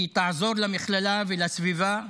היא תעזור למכללה ולסביבה,